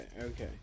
okay